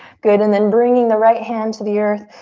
good and then bringing the right hand to the earth.